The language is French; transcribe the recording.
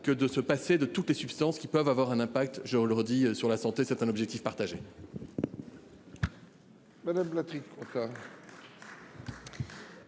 que de se passer de toutes les substances qui peuvent avoir un impact, je vous le redis sur la santé, c'est un objectif partagé.